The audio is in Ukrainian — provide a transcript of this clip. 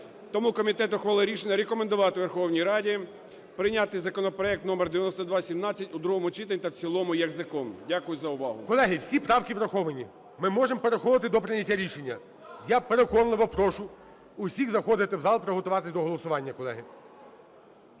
Тому комітет ухвалив рішення рекомендувати Верховній Раді прийняти законопроект номер 9217 у другому читанні та в цілому як закон. Дякую за увагу. ГОЛОВУЮЧИЙ. Колеги, всі правки враховані. Ми можемо переходити до прийняття рішення. Я переконливо прошу всіх заходити в зал, приготуватись до голосування, колеги.